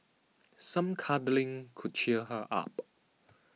some cuddling could cheer her up